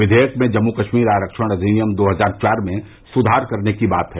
विधेयक में जम्मू कश्मीर आरक्षण अधिनियम दो हजार चार में सुधार करने की बात है